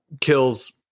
Kills